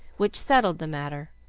which settled the matter.